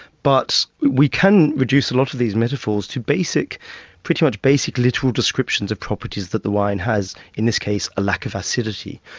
but we can reduce a lot of these metaphors to pretty much basic literal descriptions of properties that the wine has, in this case, a lack of acidity.